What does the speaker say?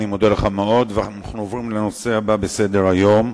אנו עוברים לנושא הבא בסדר-היום: